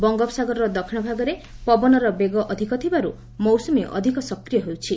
ବଙ୍ଗୋପସାଗରର ଦକ୍ଷିଣ ଭାଗରେ ପବନର ବେଗ ଅଧିକ ଥିବାର୍ ମୌସ୍ବମୀ ଅଧିକ ସକ୍ରିୟ ହେଉଛି